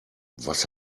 was